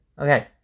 Okay